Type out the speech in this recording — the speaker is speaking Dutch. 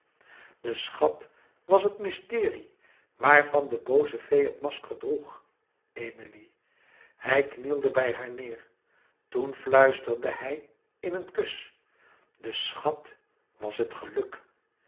de schat was het mysterie waarvan de booze fee het masker droeg emilie hij knielde bij haar neêr toen fluisterde hij in een kus de schat was het geluk